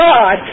God